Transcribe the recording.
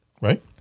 right